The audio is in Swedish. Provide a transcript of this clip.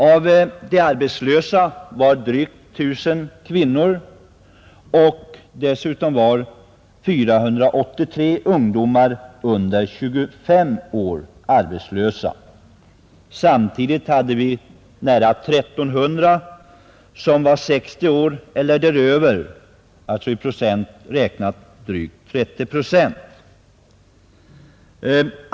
Av de arbetslösa var 1 023 kvinnor och av samtliga arbetslösa var 483 ungdomar under 25 år och 1 268 60 år och däröver, eller i procent räknat 33,3 procent.